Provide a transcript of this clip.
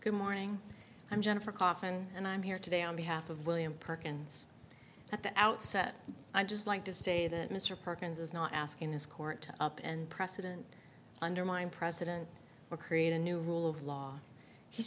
good morning i'm jennifer kaufman and i'm here today on behalf of william perkins at the outset i'd just like to say that mr perkins is not asking this court and precedent undermine president or create a new rule of law he's